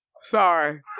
Sorry